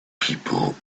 people